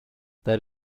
that